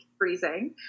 freezing